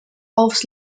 aufs